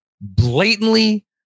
blatantly